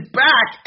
back